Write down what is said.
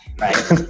right